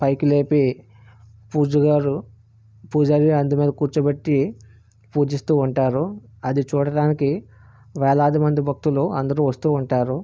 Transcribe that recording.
పైకి లేపి పూజ గారు పూజారి అందు మీద కూర్చోబెట్టి పూజిస్తూ ఉంటారు అది చూడటానికి వేలాదిమంది భక్తులు అందరూ వస్తూ ఉంటారు